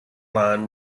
line